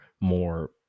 more